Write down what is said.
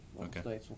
Okay